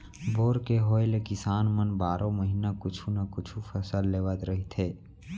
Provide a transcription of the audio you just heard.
bore के होए ले किसान मन बारो महिना कुछु न कुछु फसल लेवत रहिथे